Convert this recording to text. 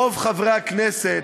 רוב חברי הכנסת,